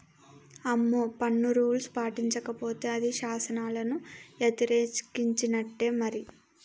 అమ్మో పన్ను రూల్స్ పాటించకపోతే అది శాసనాలను యతిరేకించినట్టే మరి